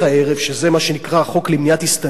מה שנקרא "החוק למניעת הסתננות",